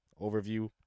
overview